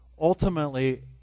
ultimately